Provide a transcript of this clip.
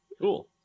cool